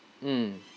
mm